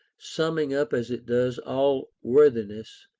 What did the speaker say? summing up as it does all worthiness,